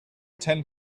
ten